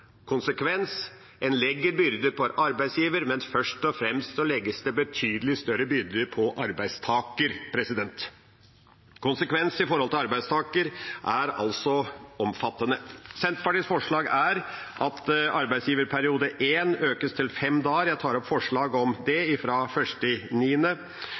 Konsekvens: En legger byrder på arbeidsgiver, men først og fremst legges det betydelige større byrder på arbeidstaker. Konsekvensen for arbeidstaker er altså omfattende. Senterpartiets forslag er at arbeidsgiverperiode I økes til fem dager – jeg tar opp forslaget om